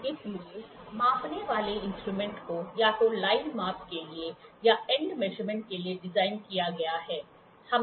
इसलिए मापने वाले इंस्ट्रूमेंटों को या तो लाइन माप के लिए या ऐंड मेशरमेंट के लिए डिज़ाइन किया गया है